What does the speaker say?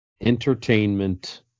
entertainment